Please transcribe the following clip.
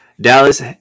Dallas